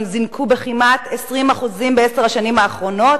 זינקו כמעט ב-20% בעשר השנים האחרונות,